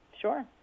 Sure